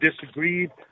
disagreed